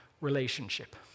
relationship